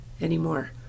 anymore